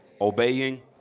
obeying